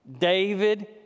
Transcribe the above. David